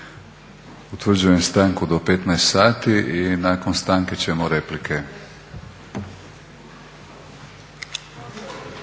Utvrđujem stanku do 15 sati i nakon stanke ćemo replike.